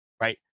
Right